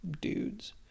dudes